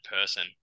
person